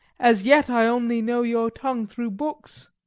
as yet i only know your tongue through books.